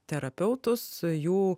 terapeutus jų